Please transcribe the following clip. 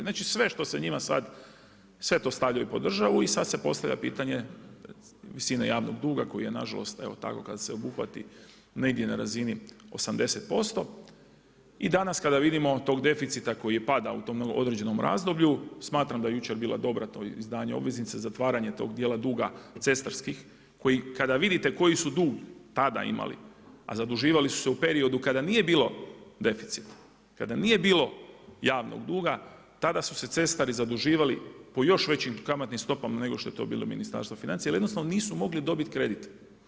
Znači sve što se njima sad, sve to stavljaju pod državu i sad se postavlja pitanje visine javnog duga koji je nažalost evo tako kada se obuhvati negdje na razini 80% i danas kada vidimo tog deficita koji je padao u tom određenom razdoblju, smatram da je jučer bilo dobro to izdanje obveznice, zatvaranje tog djela duga cestarskih koji kada vidite koji su dug tada imali, a zaduživali su se u periodu kada nije bilo deficita, kada nije bilo javnog duga, tada su se cestari zaduživali po još većim kamatnim stopa prije nego što je to bilo Ministarstvo financija jer jednostavno nisu mogli dobiti kredit.